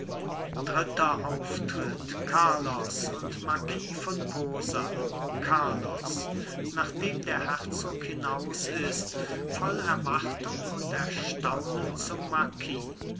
dritter auftritt carlos und marquis von posa carlos nachdem der herzog hinaus ist voll erwartung und erstaunen zum